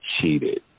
cheated